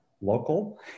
local